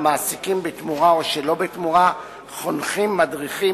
המעסיקים בתמורה או שלא בתמורה חונכים או מדריכים